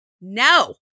No